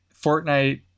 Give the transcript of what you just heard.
Fortnite